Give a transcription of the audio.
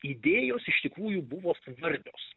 idėjos iš tikrųjų buvo svarbios